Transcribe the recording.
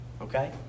Okay